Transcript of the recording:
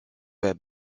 web